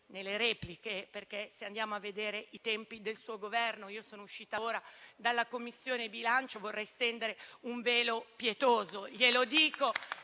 nelle repliche perché, se andiamo a vedere invece i tempi del suo Governo (sono uscita ora dalla Commissione bilancio), vorrei stendere un velo pietoso.